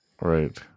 Right